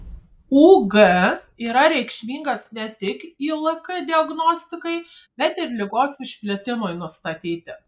ug yra reikšmingas ne tik ilk diagnostikai bet ir ligos išplitimui nustatyti